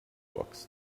books